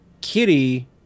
kitty